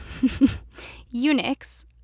Unix